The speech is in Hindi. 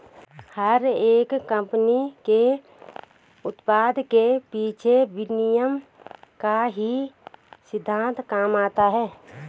हर एक कम्पनी के उत्पाद के पीछे विनिमय का ही सिद्धान्त काम करता है